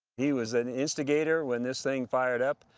he was an instigator when this thing fired up.